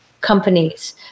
companies